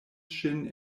ŝin